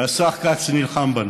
והשר כץ נלחם בנו,